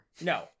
No